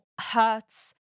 hurts